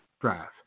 drive